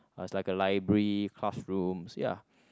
uh it's like a library classrooms ya